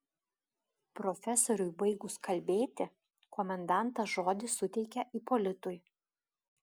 profesoriui baigus kalbėti komendantas žodį suteikė ipolitui